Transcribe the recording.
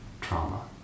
trauma